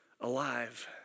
alive